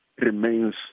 remains